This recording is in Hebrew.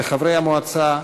וחברי המועצה,